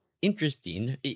interesting